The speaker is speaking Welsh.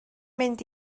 mynd